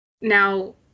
now